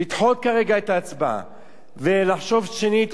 ולחשוב שנית, אולי בכל זאת אפשר